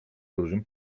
dużym